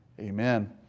amen